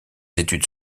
études